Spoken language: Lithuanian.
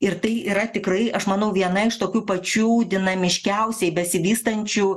ir tai yra tikrai aš manau viena iš tokių pačių dinamiškiausiai besivystančių